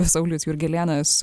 saulius jurgelėnas